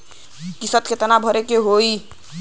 किस्त कितना भरे के होइ?